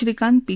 Shrikant P